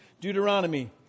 Deuteronomy